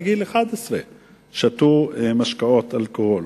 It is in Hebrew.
בגיל 11 הם שתו משקאות אלכוהוליים.